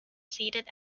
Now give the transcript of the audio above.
seated